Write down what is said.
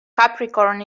capricorn